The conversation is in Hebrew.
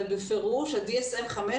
אבל בפירוש ה-DSM5,